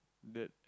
that